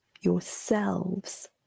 yourselves